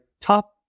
top